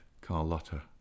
Carlotta